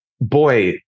boy